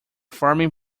farming